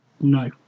No